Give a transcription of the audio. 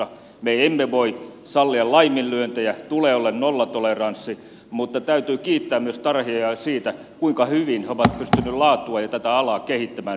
me emme voi sallia laiminlyöntejä tulee olla nollatoleranssi mutta täytyy kiittää myös tarhaajia siitä kuinka hyvin he ovat pystyneet laatua ja tätä alaa kehittämään viime aikoina